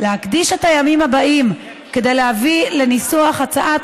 להקדיש את הימים הבאים כדי להביא לניסוח הצעת